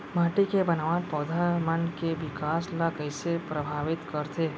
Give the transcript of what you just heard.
माटी के बनावट पौधा मन के बिकास ला कईसे परभावित करथे